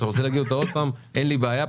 אתה רוצה להגיד אותה עוד פעם אין לי בעיה,